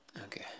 okay